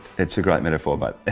it's a great metaphor but,